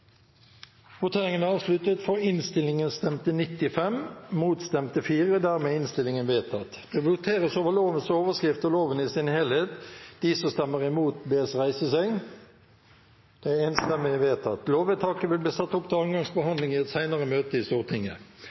i Stortinget. Videre var innstilt: Høyre har varslet at de vil stemme imot. Det voteres over lovens overskrift og loven i sin helhet. Lovvedtaket vil bli satt opp til andre gangs behandling i et sendere møte i Stortinget.